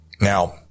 Now